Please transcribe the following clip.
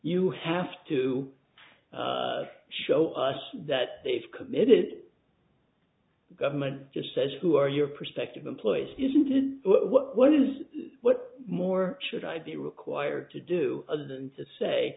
you have to show us that it's committed government just says who are your prospective employees isn't it what is what more should i be required to do other than to say